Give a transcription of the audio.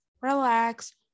relax